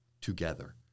together